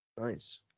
Nice